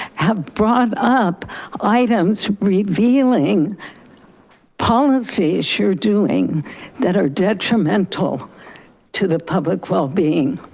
have brought up items revealing policies you're doing that are detrimental to the public wellbeing.